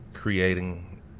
creating